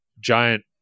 giant